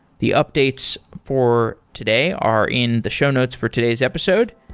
the updates for today are in the show notes for today's episode,